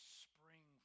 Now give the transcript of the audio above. spring